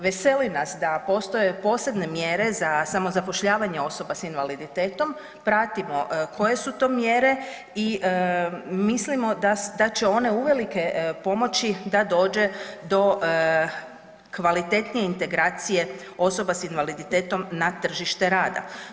Veseli nas da postoje posebne mjere za samozapošljavanje osoba s invaliditetom, pratimo koje su to mjere i mislimo da će one uvelike pomoći da dođe do kvalitetnije integracije osoba s invaliditetom na tržište rada.